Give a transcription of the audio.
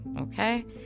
okay